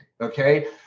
Okay